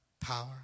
power